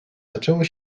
zaczęły